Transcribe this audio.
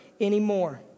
anymore